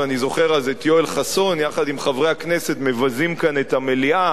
ואני זוכר אז את יואל חסון יחד עם חברי הכנסת מבזים כאן את המליאה